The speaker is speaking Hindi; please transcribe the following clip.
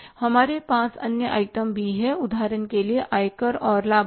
हमारे पास अन्य आइटम भी हैं उदाहरण के लिए आयकर और लाभांश